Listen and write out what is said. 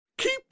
Keep